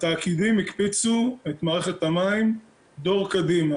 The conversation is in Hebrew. התאגידים הקפיצו את מערכת המים דור קדימה.